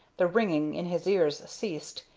the ringing in his ears ceased,